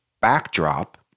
backdrop